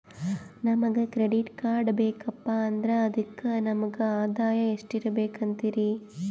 ನಮಗ credit card ಬೇಕಪ್ಪ ಅಂದ್ರ ಅದಕ್ಕ ನಮಗ ಆದಾಯ ಎಷ್ಟಿರಬಕು ಅಂತೀರಿ?